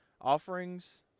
Offerings